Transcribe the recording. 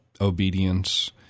obedience